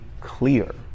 clear